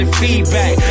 feedback